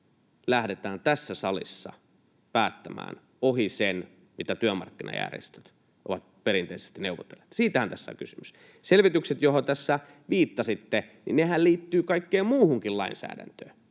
lähdetään tässä salissa päättämään ohi sen, mitä työmarkkinajärjestöt ovat perinteisesti neuvotelleet. Siitähän tässä on kysymys. Selvitykset, joihin tässä viittasitte, liittyvät kaikkeen muuhunkin lainsäädäntöön.